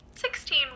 Sixteen